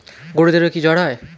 গরুদেরও কি জ্বর হয়?